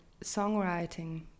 songwriting